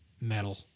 metal